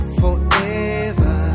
forever